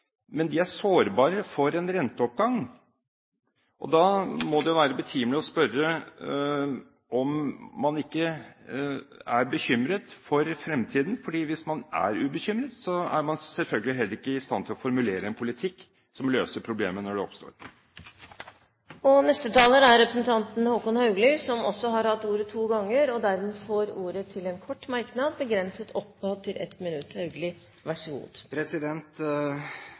men de er sårbare for en renteoppgang. Da må det jo være betimelig å spørre om man ikke er bekymret for fremtiden, for hvis man er ubekymret, er man selvfølgelig heller ikke i stand til å formulere en politikk som løser problemet når det oppstår. Håkon Haugli har hatt ordet to ganger tidligere og får ordet til en kort merknad, begrenset til 1 minutt.